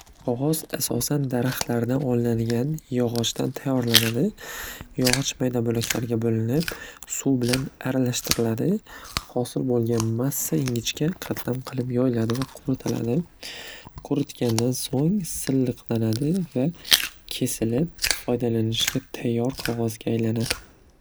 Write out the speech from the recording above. Qog'oz asosan daraxtlardan olinadigan yog'ochdan tayyorlanadi. Yog'och mayda bo'laklarga bo'linib suv bilan aralashtiriladi. Hosil bo'lgan massa ingichka qatlam qilib yoyiladi va quritiladi. Quritgandan so'ng silliqlanadi va kesilib foydalanishga tayyor qog'ozga aylanadi.